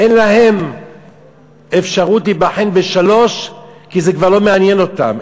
אין להן אפשרות להיבחן בשלוש יחידות כי זה כבר לא מעניין אותן,